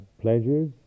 pleasures